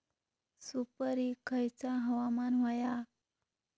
सुपरिक खयचा हवामान होया?